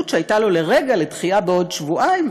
שהייתה לו לרגע לדחייה בעוד שבועיים,